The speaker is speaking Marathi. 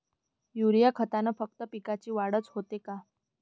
युरीया खतानं फक्त पिकाची वाढच होते का?